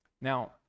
Now